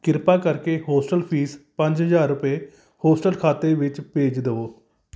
ਕਿਰਪਾ ਕਰਕੇ hostel fees ਪੰਜ ਹਜ਼ਾਰ ਰੁਪਏ ਹੋਸਟਲ ਖਾਤੇ ਵਿੱਚ ਭੇਜ ਦੇਵੋ